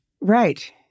Right